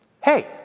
hey